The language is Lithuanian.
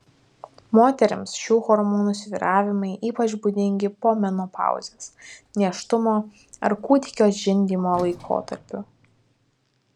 moterims šių hormonų svyravimai ypač būdingi po menopauzės nėštumo ar kūdikio žindymo laikotarpiu